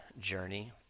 journey